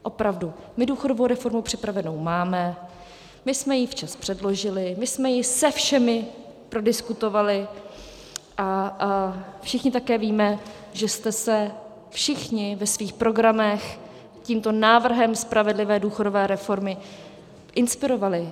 Opravdu, my důchodovou reformu připravenou máme, my jsme ji včas předložili, my jsme ji se všemi prodiskutovali a všichni také víme, že jste se všichni ve svých programech tímto návrhem spravedlivé důchodové reformy inspirovali.